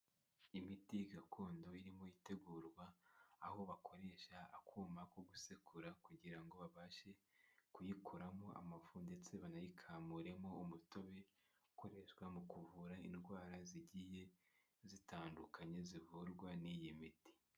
Imiti gakondo irimo itegurwa, aho bakoresha akuma ko gusekura kugira ngo babashe kuyikuramo amafu ndetse banayikamuremo umutobe, ukoreshwa mu kuvura indwara zigiye zitandukanye zivurwa n'iyi miti.